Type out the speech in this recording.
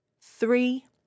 three